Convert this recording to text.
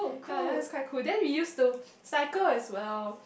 ye it was quite cool then use to cycle as well